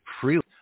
freely